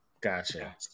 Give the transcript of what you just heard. Gotcha